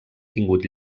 tingut